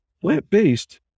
plant-based